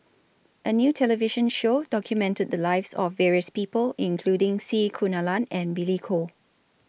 A New television Show documented The Lives of various People including C Kunalan and Billy Koh